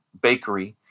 bakery